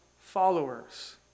followers